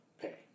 pay